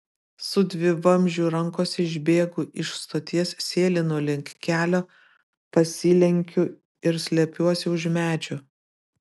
su dvivamzdžiu rankose išbėgu iš stoties sėlinu link kelio pasilenkiu ir slepiuosi už medžių